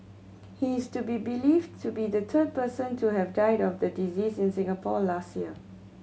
he is to be believed to be the third person to have died of the disease in Singapore last year